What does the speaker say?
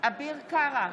אביר קארה,